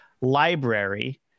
library